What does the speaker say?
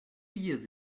years